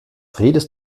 redest